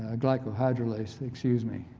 ah like ah hide rol ice, excuse me